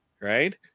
right